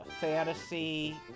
Fantasy